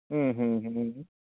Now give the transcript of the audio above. ᱦᱩᱸ ᱦᱩᱸ ᱦᱩᱸ ᱦᱩᱸ